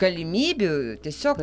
galimybių tiesiog